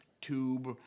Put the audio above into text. tube